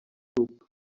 grup